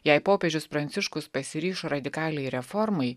jei popiežius pranciškus pasiryš radikaliai reformai